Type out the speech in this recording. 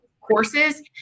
courses